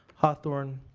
hawthorne,